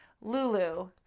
Lulu